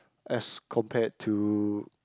as compared to